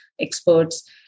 experts